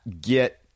get